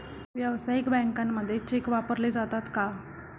व्यावसायिक बँकांमध्ये चेक वापरले जातात का?